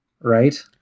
Right